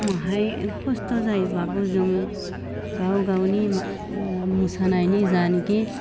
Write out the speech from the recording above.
माहाय खस्थ' जायोबाबो जों गाव गावनि मा मोसानायनि जायनोखि